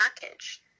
package